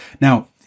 now